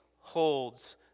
holds